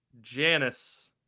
Janice